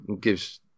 gives